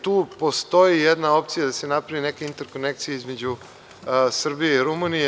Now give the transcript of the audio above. Tu postoji jedna opcija da se napravi neka interkonekcija između Srbije i Rumunije.